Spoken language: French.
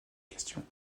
question